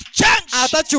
change